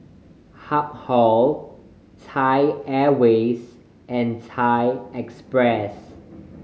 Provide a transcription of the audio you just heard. Habhal Thai Airways and Thai Express